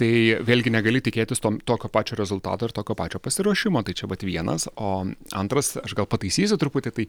tai vėlgi negali tikėtis tokio pačio rezultato ir tokio pačio pasiruošimo tai čia vat vienas o antras aš gal pataisysiu truputį tai